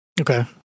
Okay